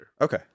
Okay